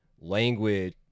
language